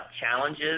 challenges